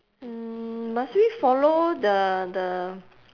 hmm must we follow the the